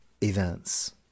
events